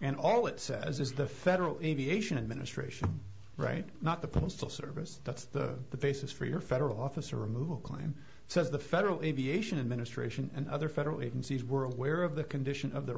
and all it says is the federal aviation administration right not the postal service that's the basis for your federal officer removal claim says the federal aviation administration and other federal agencies were aware of the condition of the